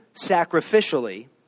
sacrificially